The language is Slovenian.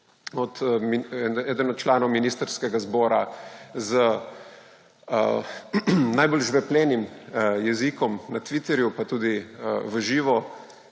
Hojs eden od članov ministrskega zbora z najbolj žveplenim jezikom na Twitterju pa tudi v živo,